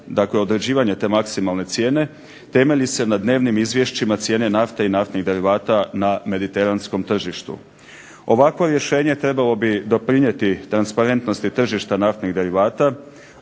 dakle određivanje te maksimalne cijene temelji se na dnevnim izvješćima cijene nafte i naftnih derivata na mediteranskom tržištu. Ovakvo rješenje trebalo bi doprinijeti transparentnosti tržišta naftnih derivata,